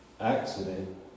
accident